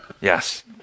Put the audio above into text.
Yes